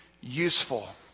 useful